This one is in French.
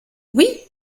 oui